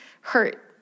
hurt